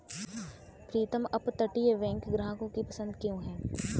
प्रीतम अपतटीय बैंक ग्राहकों की पसंद क्यों है?